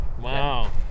Wow